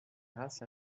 grâce